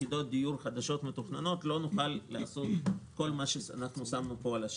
יחידות דיור חדשות מתוכננות לא נוכל לעשות כל מה ששמנו פה על השקף.